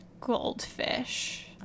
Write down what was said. Goldfish